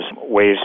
ways